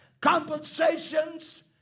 compensations